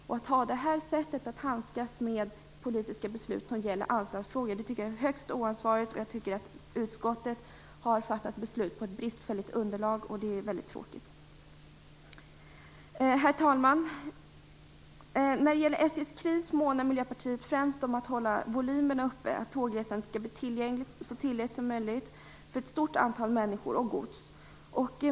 Detta sätt att handskas med politiska beslut i anslagsfrågor tycker jag är högst oansvarigt. Jag tycker att utskottet har fattat beslut på ett bristfälligt underlag. Det är väldigt tråkigt. Herr talman! När det gäller SJ:s kris månar Miljöpartiet främst om att vi skall kunna hålla volymerna uppe. Tågresandet skall bli så tillgängligt som möjligt för ett stort antal människor och gods.